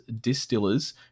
Distillers